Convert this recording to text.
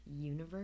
universe